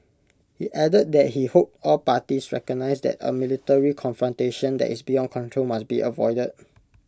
he added that he hoped all parties recognise that A military confrontation that is beyond control must be avoided